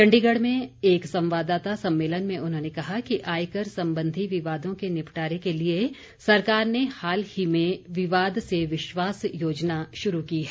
चण्डीगढ़ में एक संवाददाता सम्मेलन में उन्होंने कहा कि आयकर संबंधी विवादों के निपटारे के लिए सरकार ने हाल ही में विवाद से विश्वास योजना शुरू की है